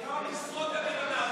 כמה משרות הבאת מהבוקר?